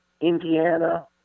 Indiana